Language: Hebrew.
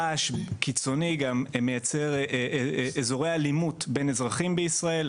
רעש קיצוני גם מייצר אזורי אלימות בין אזרחים בישראל.